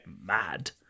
mad